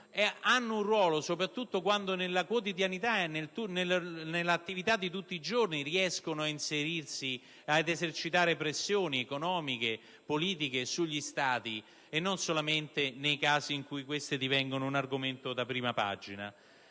hanno un ruolo soprattutto quando riescono ad inserirsi nell'attività di tutti i giorni e ad esercitare pressioni economiche e politiche sugli Stati, e non solamente nei casi in cui questi diventano un argomento da prima pagina.